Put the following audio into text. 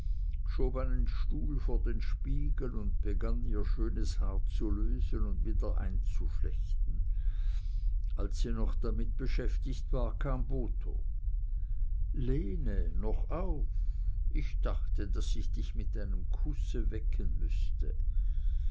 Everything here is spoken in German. einen stuhl vor den spiegel und begann ihr schönes haar zu lösen und wieder einzuflechten als sie noch damit beschäftigt war kam botho lene noch auf ich dachte daß ich dich mit einem kusse wecken müßte